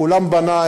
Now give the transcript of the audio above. כולם בני,